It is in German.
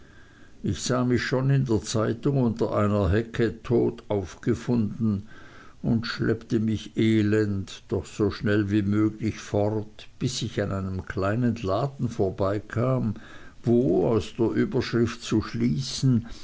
ich sah mich schon in der zeitung unter einer hecke tot aufgefunden und schleppte mich elend doch so schnell wie möglich fort bis ich an einem kleinen laden vorbeikam wo aus der überschrift zu schließen